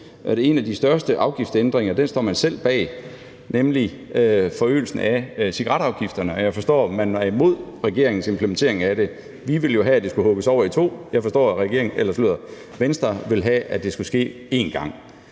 at en af de største afgiftsændringer står man selv bag, nemlig forøgelsen af cigaretafgifterne. Og jeg forstår, at man er imod regeringens implementering af det – vi ville jo have, at det skulle hugges over i to; jeg forstår, at Venstre ville have, at det skulle ske én gang.